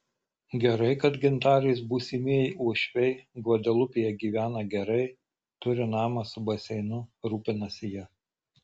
gerai kad gintarės būsimieji uošviai gvadelupėje gyvena gerai turi namą su baseinu rūpinasi ja